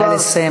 נא לסיים,